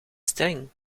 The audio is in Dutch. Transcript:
streng